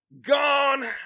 Gone